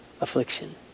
affliction